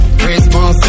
Christmas